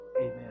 Amen